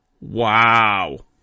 Wow